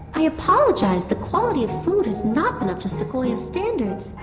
i apologize the quality of food has not been up to sequoia's standards,